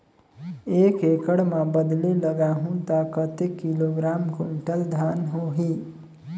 एक एकड़ मां बदले लगाहु ता कतेक किलोग्राम कुंटल धान होही?